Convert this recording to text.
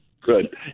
good